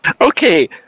Okay